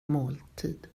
måltid